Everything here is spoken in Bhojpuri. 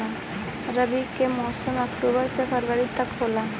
रबी के मौसम अक्टूबर से फ़रवरी तक ह